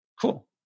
Cool